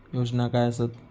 योजना काय आसत?